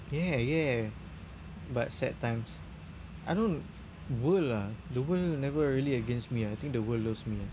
yeah yeah but sad times I don't world ah the world never really against me ah I think the world loves me ah